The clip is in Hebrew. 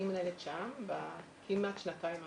אני מנהלת שע"ם בכמעט השנתיים האחרונות,